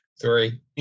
Three